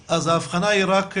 אז ההבחנה היא רק ליסודי?